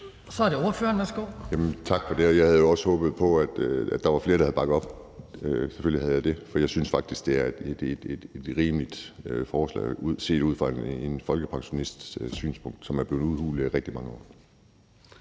Edberg Andersen (NB): Tak for det. Jeg havde jo også håbet på, at der var flere, der ville have bakket op, selvfølgelig havde jeg det, for jeg synes faktisk, det er et rimeligt forslag set ud fra en folkepensionists synspunkt og med den udhuling af